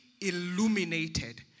illuminated